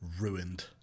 ruined